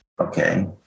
Okay